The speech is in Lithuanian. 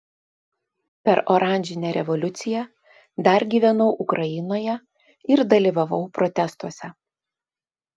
per oranžinę revoliuciją dar gyvenau ukrainoje ir dalyvavau protestuose